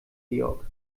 georg